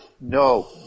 no